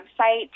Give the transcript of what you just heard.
website